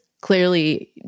clearly